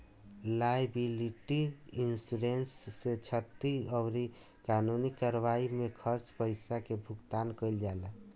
liability insurance से क्षतिपूर्ति अउरी कानूनी कार्यवाई में खर्च पईसा के भुगतान कईल जाला